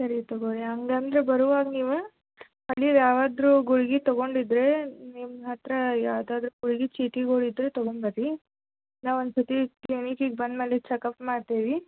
ಸರಿ ತಗೋರಿ ಹಂಗೆ ಅಂದ್ರೆ ಬರುವಾಗ ನೀವು ನೀವು ಯಾವ್ದಾದರು ಗುಳ್ಗಿ ತಗೊಂಡಿದ್ದರೆ ನಿಮ್ಮ ಹತ್ತಿರ ಯಾವ್ದಾದರು ಗುಳ್ಗಿ ಚೀಟಿಗಳು ಇದ್ದರೆ ತಗೊಂಡು ಬರ್ರಿ ನಾವು ಒಂದು ಸರ್ತಿ ಕ್ಲಿನಿಕ್ಕಿಗೆ ಬಂದ್ಮೇಲೆ ಚೆಕ್ಅಪ್ ಮಾಡ್ತೀವಿ ರೀ